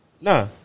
Nah